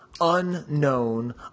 unknown